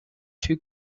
two